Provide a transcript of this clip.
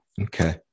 Okay